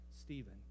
Stephen